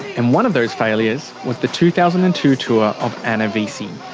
and one of those failures was the two thousand and two tour of anna vissi.